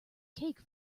cake